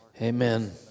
Amen